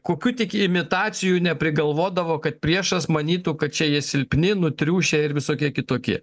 kokių tik imitacijų neprigalvodavo kad priešas manytų kad čia jie silpni nutriušę ir visokie kitokie